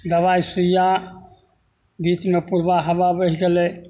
दबाइ सूइया बीचमे पूरबा हवा बहि गेलय